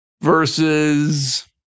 versus